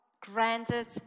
granted